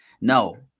no